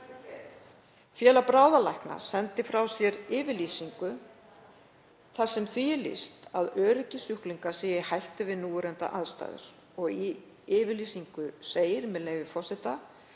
Félag bráðalækna sendi frá sér yfirlýsingu þar sem því er lýst að öryggi sjúklinga sé í hættu við núverandi aðstæður. Í yfirlýsingunni segir, með leyfi forseta: